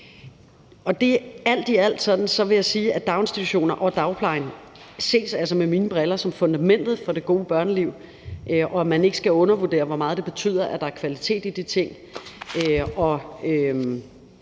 Alt i alt vil jeg sige, at daginstitutioner og dagplejen med mine briller altså ses som fundamentet for det gode børneliv, og at man ikke skal undervurdere, hvor meget det betyder, at der er kvalitet i de ting.